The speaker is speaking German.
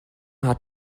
hat